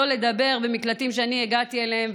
שלא לדבר על המקלטים שאני הגעתי אליהם,